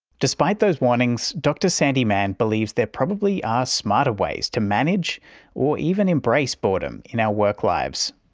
despite those warnings, dr sandi mann believes there probably are smarter ways to manage or even embrace boredom in our work lives.